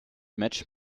match